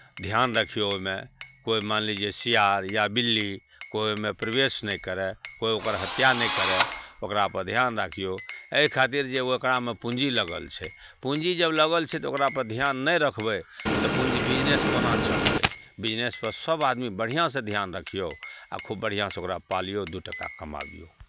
ध्यान रखियौ ओहिमे कोइ मान लीजिये सियार या बिल्ली कोइ ओहिमे प्रवेश नहि करय कोइ ओकर हत्या नहि करय ओकरापर ध्यान राखियौ एहि खातिर जे ओकरामे पूँजी लगल छै पूँजी जब लगल छै तऽ ओकरापर ध्यान नहि रखबै तऽ पूँजी बिजनेस कोना चलतै बिजनेसपर सभ आदमी बढ़िआँसँ ध्यान रखियौ आ खूब बढ़िआँसँ ओकरा पालियौ आ दू टाका कमाबियौ